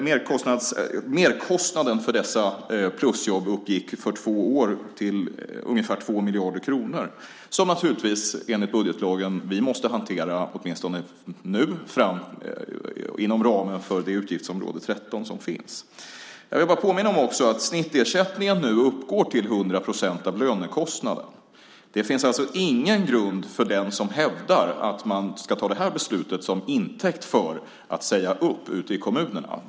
Merkostnaden för dessa plusjobb uppgick för två år till ungefär 2 miljarder kronor, som vi naturligtvis enligt budgetlagen måste hantera åtminstone nu inom ramen för utgiftsområde 13. Jag vill bara påminna om att snittersättningen nu uppgår till 100 procent av lönekostnaden. Det finns alltså ingen grund för att hävda att man ska ta det här beslutet till intäkt för att säga upp ute i kommunerna.